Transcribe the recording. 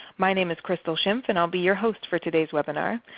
my name is crystal schimpf and i will be your host for today's webinar.